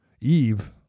Eve